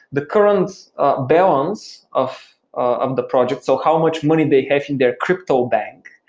the current balance of um the project, so how much money they have in their crypto bank,